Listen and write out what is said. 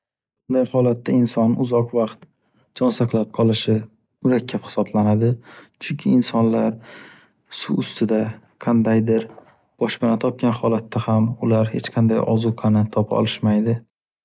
Bunday holatda inson uzoq vaqt jon saqlab qolishi murakkab hisoblanadi. Chunki insonlar suv ustida qandaydir boshpana topgan holatda ham ular hech qanday ozuqani topa olishmaydi.